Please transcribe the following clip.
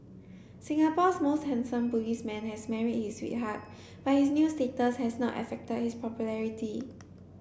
Singapore's most handsome policeman has married his sweetheart but his new status has not affected his popularity